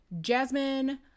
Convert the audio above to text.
Jasmine